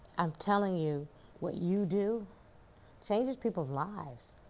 i'm telling you what you do changes people's lives,